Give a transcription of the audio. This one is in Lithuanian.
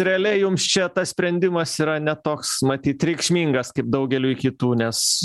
realiai jums čia tas sprendimas yra ne toks matyt reikšmingas kaip daugeliui kitų nes